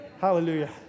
Hallelujah